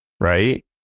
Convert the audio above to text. right